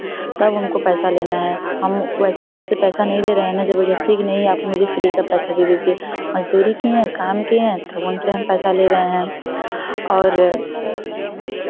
तब हमको पैसा लेना है हम वैसे उनसे पैसा नहीं ले रहे हैं न ज़बरदस्ती की नहीं आप मुझे फ़्री का पैसा दे दीजिए मज़दूरी किएँ काम किए तब उनसे हम पैसा ले रहे हैं और